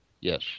Yes